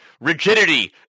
Rigidity